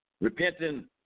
repenting